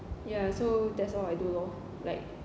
ya so that's all I do lor like